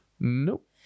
nope